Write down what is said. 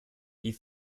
die